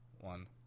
one